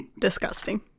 Disgusting